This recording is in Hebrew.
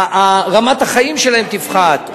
רמת החיים שלהם תפחת,